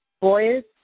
boys